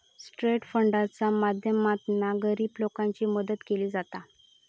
trust फंडाच्या माध्यमातना गरीब लोकांची मदत केली जाता